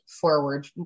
forward